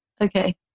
Okay